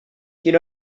quina